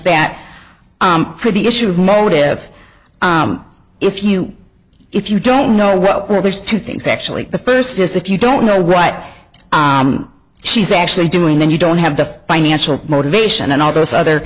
that for the issue of motive if you if you don't know well there's two things actually the first is if you don't know right she's actually doing then you don't have the financial motivation and all those other